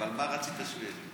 אבל מה רצית שהוא יגיד?